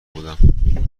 بودم